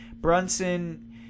Brunson